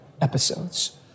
episodes